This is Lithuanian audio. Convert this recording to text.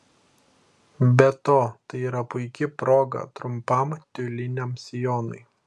be to tai yra puiki proga trumpam tiuliniam sijonui